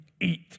eat